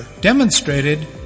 demonstrated